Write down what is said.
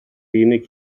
unig